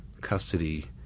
custody